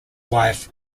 wife